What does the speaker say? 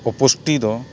ᱚᱯᱩᱥᱴᱤ ᱫᱚ